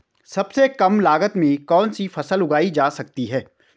सबसे कम लागत में कौन सी फसल उगाई जा सकती है